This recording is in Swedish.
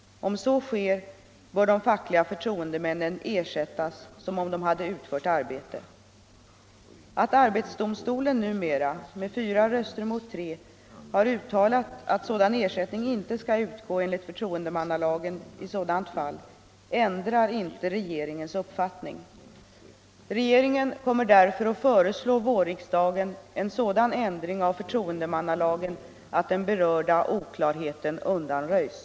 Om så sker bör de fackliga förtroendemännen ersättas som om de hade utfört arbete. Att arbetsdomstolen numera — med fyra röster mot tre — har uttalat att någon ersättning inte skall utgå enligt förtroendemannalagen i sådant fall ändrar inte regeringens uppfattning. Regeringen kommer därför att föreslå vårriksdagen en sådan ändring av förtroendemannalagen att den berörda oklarheten undanröjs.